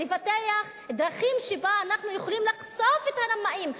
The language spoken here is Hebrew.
לפתח דרכים שבהן אנחנו יכולים לחשוף את הרמאים,